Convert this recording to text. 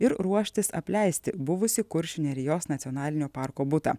ir ruoštis apleisti buvusi kuršių nerijos nacionalinio parko butą